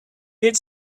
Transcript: did